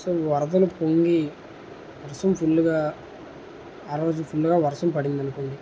so ఈ వరదలు పొంగి వర్షం ఫుల్లుగా ఆ రోజు ఫుల్లుగా వర్షం పడింది అనుకోండి